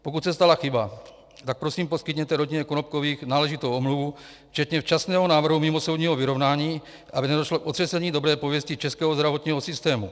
Pokud se stala chyba, tak prosím poskytněte rodině Konopkových náležitou omluvu včetně včasného návrhu mimosoudního vyrovnání, aby nedošlo k otřesení dobré pověsti českého zdravotního systému.